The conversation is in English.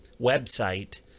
website